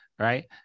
right